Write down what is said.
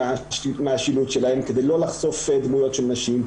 מהשילוט שלהם כדי לא לחשוף דמויות של נשים,